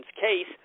case